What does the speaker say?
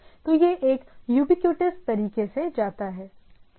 तो यह एक यूबीक्यूटअस तरीके से जाता है राइट